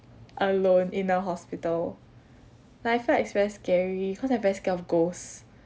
alone in a hospital like I feel it's very scary cause I very scared of ghosts